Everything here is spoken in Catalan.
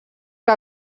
que